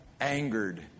angered